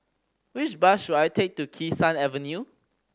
which bus should I take to Kee Sun Avenue